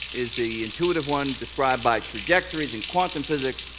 is the intuitive one described by trajectories. and quantum physics,